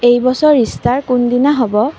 এই বছৰ ইষ্টাৰ কোন দিনা হ'ব